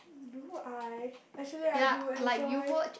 no I actually I do enjoy